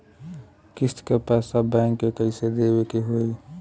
किस्त क पैसा बैंक के कइसे देवे के होई?